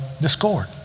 discord